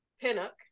Pinnock